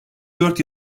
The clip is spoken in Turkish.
dört